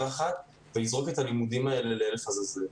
אחת וזורקים את הלימודים לאלף עזאזל.